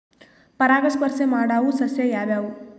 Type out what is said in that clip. ಪರಾಗಸ್ಪರ್ಶ ಮಾಡಾವು ಸಸ್ಯ ಯಾವ್ಯಾವು?